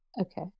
Okay